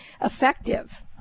effective